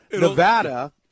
nevada